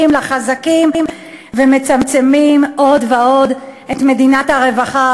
לחזקים ומצמצמים עוד ועוד את מדינת הרווחה,